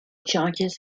charges